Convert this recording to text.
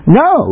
no